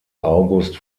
august